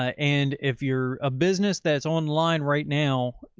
and if you're a business that's online right now,